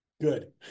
Good